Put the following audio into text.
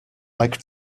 like